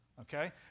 okay